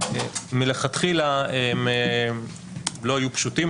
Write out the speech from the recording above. שמלכתחילה הם לא היו פשוטים,